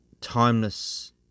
timeless